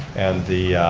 and the